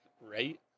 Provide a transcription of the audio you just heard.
right